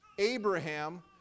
Abraham